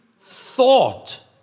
thought